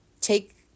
take